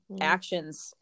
actions